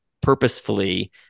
purposefully